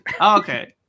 Okay